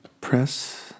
Press